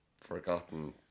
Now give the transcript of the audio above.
forgotten